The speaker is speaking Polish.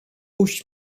puść